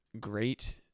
great